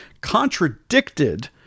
contradicted